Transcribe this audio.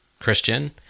Christian—